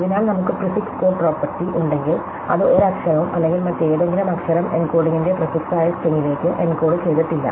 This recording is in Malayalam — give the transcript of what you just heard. അതിനാൽ നമുക്ക് പ്രിഫിക്സ് കോഡ് പ്രോപ്പർട്ടി ഉണ്ടെങ്കിൽ അത് ഒരു അക്ഷരവും അല്ലെങ്കിൽ മറ്റേതെങ്കിലും അക്ഷരം എൻകോഡിംഗിന്റെ പ്രിഫിക്സായ സ്ട്ര്രിങ്ങിലേക്ക് എൻകോഡ് ചെയ്തിട്ടില്ല